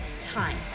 time